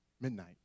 Midnight